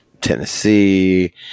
Tennessee